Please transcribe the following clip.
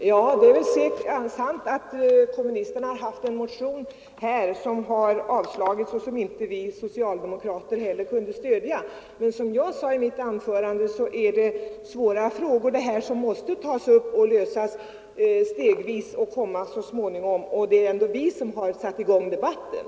Herr talman! Det är sant att kommunisterna har väckt en motion som avslagits och som vi socialdemokrater inte kunde stödja. Men som jag sade i mitt anförande är detta svåra frågor som måste tas upp och lösas stegvis. Och det är ändå vi som har satt i gång och fört debatten.